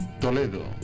Toledo